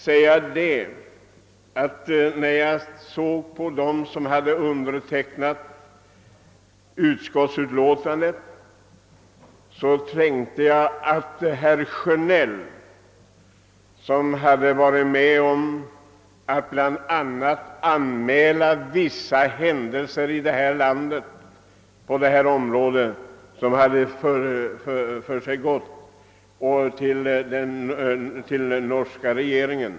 Bland dem som har undertecknat <utskottsutlåtandet återfinner jag herr Sjönell, som ju bland annat har varit med om att anmäla vissa händelser här i landet på detta område till norska regeringen.